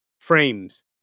frames